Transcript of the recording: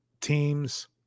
teams